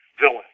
villain